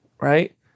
right